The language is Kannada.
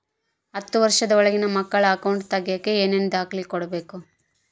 ಹತ್ತುವಷ೯ದ ಒಳಗಿನ ಮಕ್ಕಳ ಅಕೌಂಟ್ ತಗಿಯಾಕ ಏನೇನು ದಾಖಲೆ ಕೊಡಬೇಕು?